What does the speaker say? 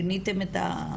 שינתם את ה-?